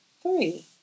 three